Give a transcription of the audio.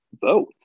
vote